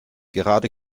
gerade